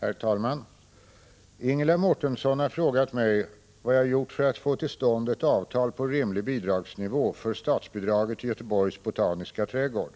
Herr talman! Ingela Mårtensson har frågat mig vad jag gjort för att få till stånd ett avtal på rimlig bidragsnivå för statsbidraget till Göteborgs botaniska trädgård.